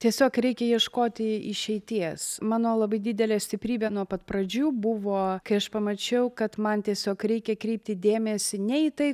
tiesiog reikia ieškoti išeities mano labai didelė stiprybė nuo pat pradžių buvo kai aš pamačiau kad man tiesiog reikia kreipti dėmesį ne į tai